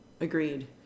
Agreed